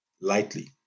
lightly